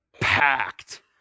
packed